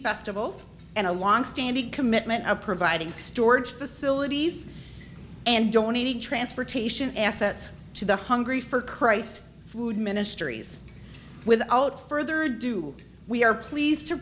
festivals and a longstanding commitment of providing storage facilities and donating transportation assets to the hungry for christ food ministries without further ado we are pleased to